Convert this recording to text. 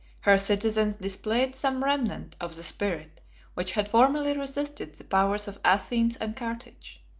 her citizens displayed some remnant of the spirit which had formerly resisted powers of athens and carthage.